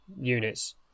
units